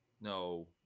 No